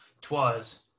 Twas